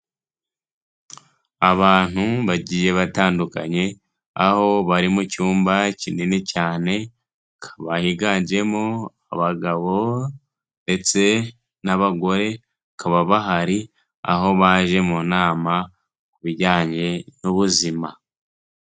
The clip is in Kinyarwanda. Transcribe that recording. Abantu bagiye batandukanye, aho bari mu cyumba kinini cyane, kaba higanjemo abagabo ndetse n'abagore, kaba bahari, aho baje mu nama, ku bijyanye n'ubuzima.